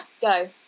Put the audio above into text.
go